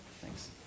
Thanks